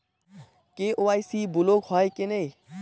KYC block হয় কেনে?